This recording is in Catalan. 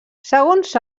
segons